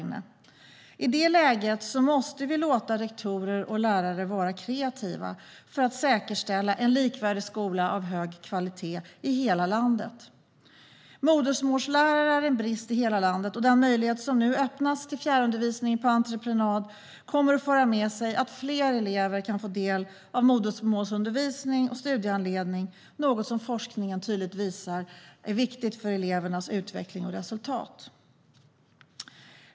I det läget måste vi låta rektorer och lärare vara kreativa för att säkerställa en likvärdig skola av hög kvalitet i hela landet. Det är brist på modersmålslärare i hela landet. Den möjlighet som nu öppnas till fjärrundervisning på entreprenad kommer att göra att fler elever kan få del av modersmålsundervisning och studiehandledning - något som forskningen tydligt visar är viktigt för elevernas utveckling och resultat.